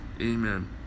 Amen